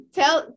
tell